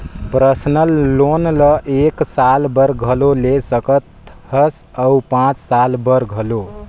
personal loan ल एक साल बर घलो ले सकत हस अउ पाँच साल बर घलो